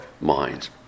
minds